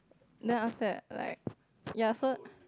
then after that like ya so